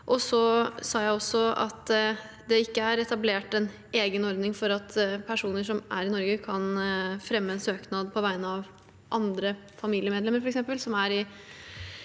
Jeg sa også at det ikke er etablert en egen ordning for at personer som er i Norge, kan fremme en søknad på vegne av andre familiemedlemmer